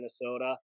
Minnesota